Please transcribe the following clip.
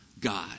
God